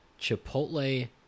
Chipotle